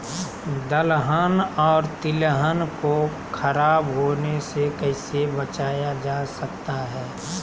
दलहन और तिलहन को खराब होने से कैसे बचाया जा सकता है?